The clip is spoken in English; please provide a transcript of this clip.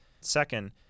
Second